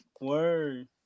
Word